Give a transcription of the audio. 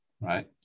right